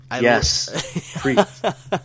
yes